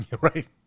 right